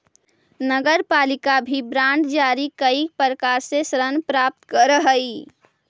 नगरपालिका भी बांड जारी कईक प्रकार से ऋण प्राप्त करऽ हई